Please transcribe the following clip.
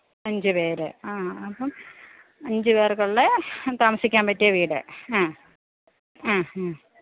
അഞ്ച് പേര് ആ അപ്പം അഞ്ച് പേര്ക്കുള്ള താമസിക്കാന് പറ്റിയ വീട് ആ ആ